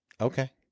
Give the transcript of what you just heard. Okay